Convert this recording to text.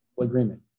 agreement